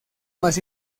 más